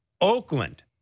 Oakland